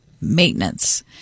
maintenance